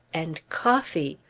and coffee!